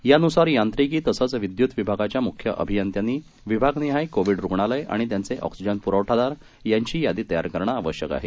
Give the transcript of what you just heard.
यानुसार यांत्रिकी तसंच विद्युत विभागाच्या मुख्य अभियंत्यांनी विभागनिहाय कोविड रुग्णालय आणि त्यांचे ऑक्सिजन पुरवठादार यांची यादी तयार करणं आवश्यक आहे